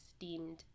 deemed